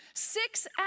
six